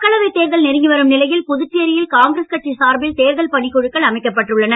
மக்களவை தேர்தல் நெருங்கி வரும் நிலையில் புதுச்சேரியில் காங்கிரஸ் கட்சி சார்பில் தேர்தல் பணிக்குழுக்கள் அமைக்கப்பட்டுள்ளன